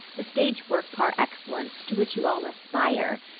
the stage work par excellence, to which you all aspire,